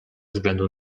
względu